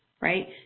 right